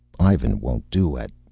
ivan won't do at.